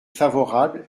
favorable